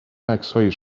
عکسهای